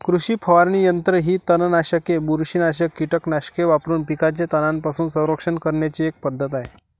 कृषी फवारणी यंत्र ही तणनाशके, बुरशीनाशक कीटकनाशके वापरून पिकांचे तणांपासून संरक्षण करण्याची एक पद्धत आहे